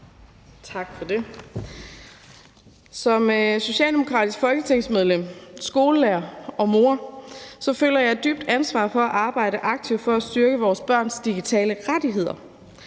Som socialdemokratisk folketingsmedlem, skolelærer og mor føler jeg et dybt ansvar for at arbejde aktivt for at styrke vores børns digitale rettigheder.